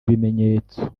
ibimenyetso